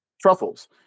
Truffles